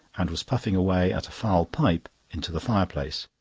and was puffing away at a foul pipe into the fireplace.